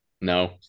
no